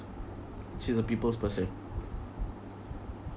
she's a people's person